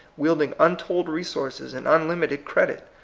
wielding untold resources and unlim ited credit.